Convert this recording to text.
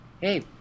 Hey